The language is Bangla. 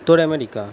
উত্তর আমেরিকা